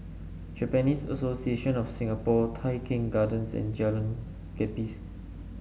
Japanese Association of Singapore Tai Keng Gardens and Jalan Gapis